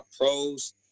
pros